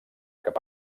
cap